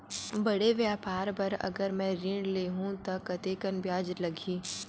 बड़े व्यापार बर अगर मैं ऋण ले हू त कतेकन ब्याज लगही?